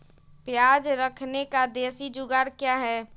प्याज रखने का देसी जुगाड़ क्या है?